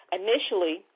initially